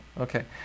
Okay